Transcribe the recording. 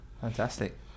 fantastic